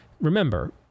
remember